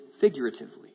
figuratively